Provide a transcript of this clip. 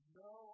no